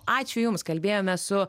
ačiū jums kalbėjome su